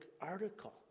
article